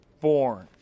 born